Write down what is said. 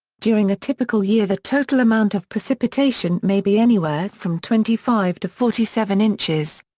during a typical year the total amount of precipitation may be anywhere from twenty five to forty seven inches.